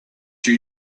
you